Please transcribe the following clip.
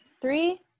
three